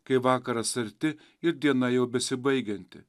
kai vakaras arti ir diena jau besibaigianti